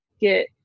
get